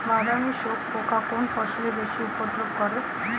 বাদামি শোষক পোকা কোন ফসলে বেশি উপদ্রব করে?